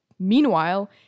Meanwhile